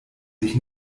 sich